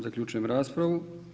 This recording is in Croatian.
Zaključujem raspravu.